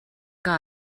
que